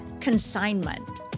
consignment